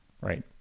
right